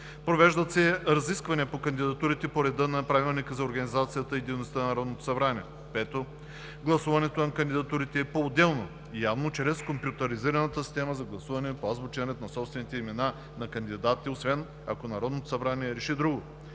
Провеждат се разисквания по кандидатурите по реда на Правилника за организацията и дейността на Народното събрание. 5. Гласуването на кандидатурите е поотделно и явно чрез компютъризираната система за гласуване по азбучен ред на собствените имена на кандидатите, освен ако Народното събрание реши друго.